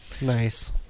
Nice